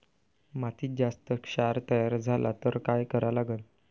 मातीत जास्त क्षार तयार झाला तर काय करा लागन?